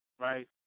right